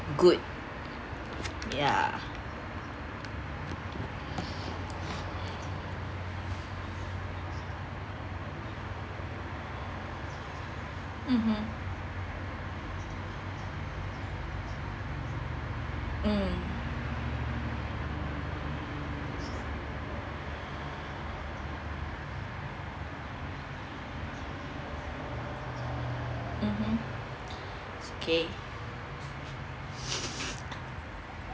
good ya mmhmm mm mmhmm okay